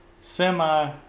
semi